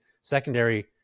secondary